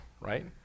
right